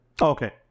Okay